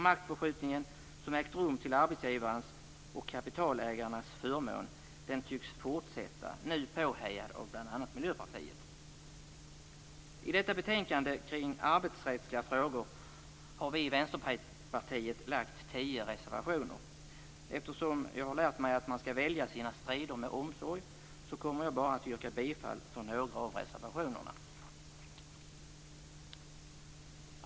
Maktförskjutningen som har ägt rum till arbetsgivarens och kapitalägarnas förmån tycks fortsätta, nu påhejad av bl.a. Miljöpartiet. I detta betänkande kring arbetsrättsliga frågor har vi i Vänsterpartiet lagt fram tio reservationer. Eftersom jag har lärt mig att man skall välja sina strider med omsorg kommer jag att yrka bifall bara till några av reservationerna.